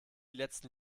letzten